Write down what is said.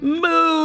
move